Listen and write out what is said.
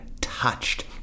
touched